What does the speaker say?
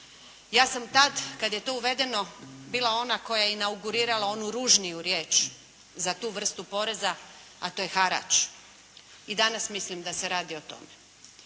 Ja sam tad kad je to uvedeno bila ona koja je inaugurirala onu ružniju riječ za tu vrstu poreza a to je harač. I danas mislim da se radi o tome.